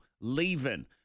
leaving